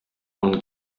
und